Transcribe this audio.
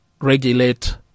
regulate